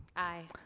i.